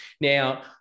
Now